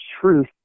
truth